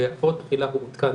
בהפרעות אכילה הוא עודכן